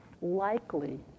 likely